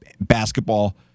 basketball